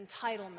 entitlement